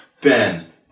Ben